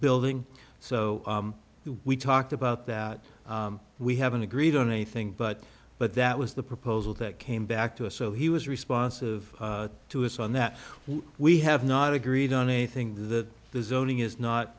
building so we talked about that we haven't agreed on anything but but that was the proposal that came back to us so he was responsive to us on that we have not agreed on anything